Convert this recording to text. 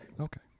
Okay